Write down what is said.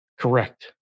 Correct